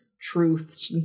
truth